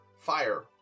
Fire